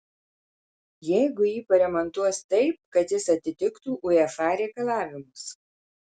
jeigu jį paremontuos taip kad jis atitiktų uefa reikalavimus